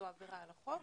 זו עבירה על החוק.